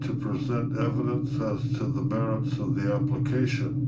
to present evidence as to the merits of the application.